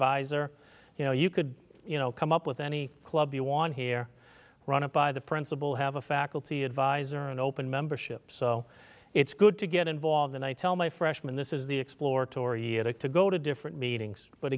visor you know you could you know come up with any club you want here run it by the principal have a faculty advisor and open membership so it's good to get involved and i tell my freshmen this is the exploratory year to to go to different meetings but